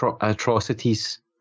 atrocities